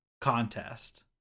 Contest